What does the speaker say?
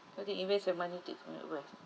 where do you invest your money different at where